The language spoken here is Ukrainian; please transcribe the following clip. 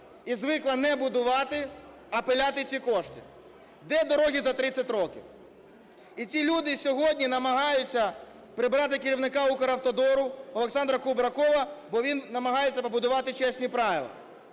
і звикла не будувати, а "пиляти" ці кошти. Де дороги за 30 років? І ці люди намагаються прибрати керівника Укравтодору Олександра Кубракова, бо він намагається побудувати чесні правила.